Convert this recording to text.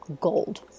gold